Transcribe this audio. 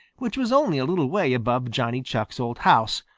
which was only a little way above johnny chuck's old house,